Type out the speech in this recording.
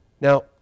Now